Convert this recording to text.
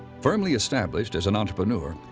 firmly established as an entrepreneur,